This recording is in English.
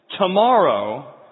tomorrow